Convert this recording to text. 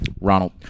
Ronald